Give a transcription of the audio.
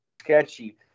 sketchy